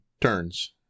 turns